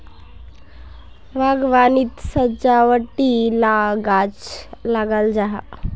बाग्वानित सजावटी ला गाछ लगाल जाहा